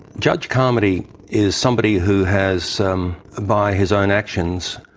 judge carmody is somebody who has, um by his own actions,